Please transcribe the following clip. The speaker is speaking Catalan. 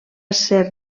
ser